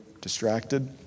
distracted